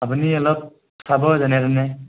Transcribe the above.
আপুনি অলপ চাব যেনে তেনে